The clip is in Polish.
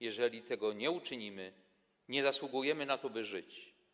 Jeżeli tego nie uczynimy, nie zasługujemy na to, by żyć.